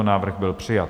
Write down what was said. Návrh byl přijat.